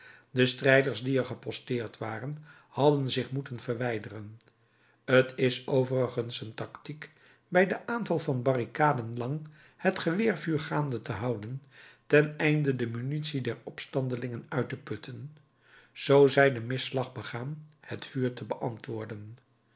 de strijders die er geposteerd waren hadden zich moeten verwijderen t is overigens een tactiek bij den aanval van barricaden lang het geweervuur gaande te houden ten einde de munitie der opstandelingen uit te putten zoo zij den misslag begaan het vuur te beantwoorden